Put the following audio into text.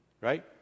right